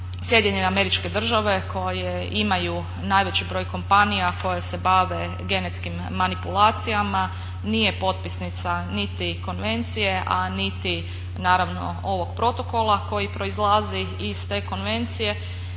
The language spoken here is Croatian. činjenica jest da SAD koje imaju najveći broj kompanija koje se bave genetskim manipulacijama nije potpisnica niti konvencije, a niti naravno ovog protokola koji proizlazi iz te konvencije.